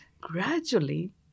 Gradually